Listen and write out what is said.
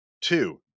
Two